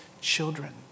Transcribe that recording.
children